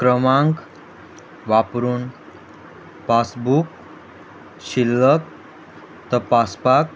क्रमांक वापरून पासबूक शिल्लक तपासपाक